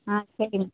ஆ சரி